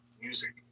music